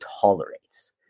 tolerates